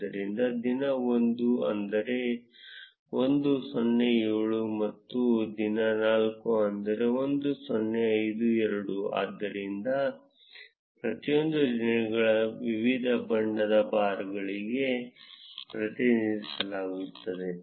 ಆದ್ದರಿಂದ ದಿನ 1 ಅದರ 1 0 7 ಮತ್ತು ದಿನ 4 ಅದರ 1 0 5 2 ಆದ್ದರಿಂದ ಪ್ರತಿಯೊಂದು ದಿನಗಳನ್ನು ವಿವಿಧ ಬಣ್ಣದ ಬಾರ್ಗಳಿಂದ ಪ್ರತಿನಿಧಿಸಲಾಗುತ್ತದೆ